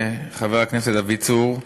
חבר הכנסת דוד צור,